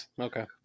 Okay